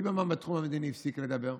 ליברמן בתחום המדיני הפסיק לדבר.